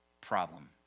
problem